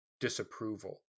Disapproval